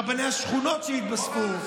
רבני השכונות שיתווספו.